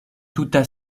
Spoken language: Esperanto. tuta